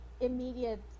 immediate